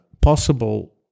possible